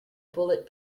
bullet